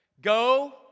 Go